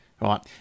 right